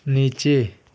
नीचे